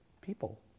people